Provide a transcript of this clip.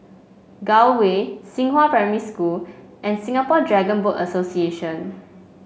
Gul Way Xinghua Primary School and Singapore Dragon Boat Association